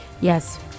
yes